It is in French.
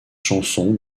chansons